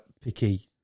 Picky